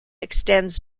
extends